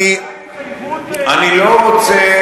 היתה התחייבות, אני לא רוצה,